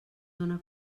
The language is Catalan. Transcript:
dóna